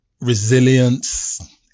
resilience